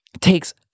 takes